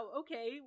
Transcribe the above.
okay